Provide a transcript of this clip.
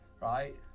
right